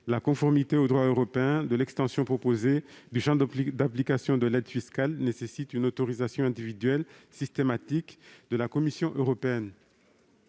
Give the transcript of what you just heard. la conformité au droit européen de l'extension proposée du champ d'application de l'aide fiscale nécessite une autorisation individuelle systématique de la Commission européenne.